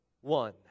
one